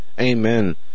Amen